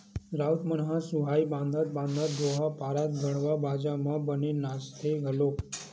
राउत मन ह सुहाई बंधात बंधात दोहा पारत गड़वा बाजा म बने नाचथे घलोक